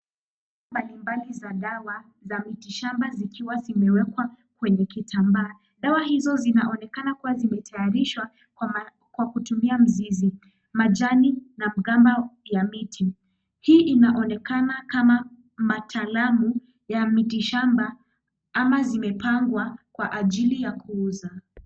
Mbalimbali za dawa za mitishamba zikiwa zimewekwa kwenye kitambaa. Dawa hizo zinaonekana kuwa zimetayarishwa kwa kutumia mzizi, majani na mgamba ya miti. Hii inaonekana kama matalamu ya mitishamba ama zimepangwa kwa ajili ya kuuza.